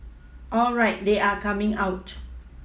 alright they are coming out